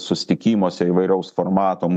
susitikimuose įvairaus formato